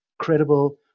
credible